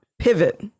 pivot